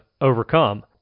overcome